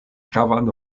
gravan